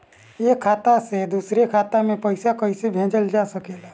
एक खाता से दूसरे खाता मे पइसा कईसे भेजल जा सकेला?